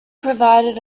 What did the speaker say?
provided